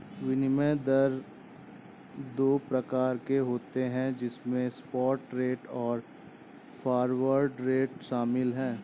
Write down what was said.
विनिमय दर दो प्रकार के होते है जिसमे स्पॉट रेट और फॉरवर्ड रेट शामिल है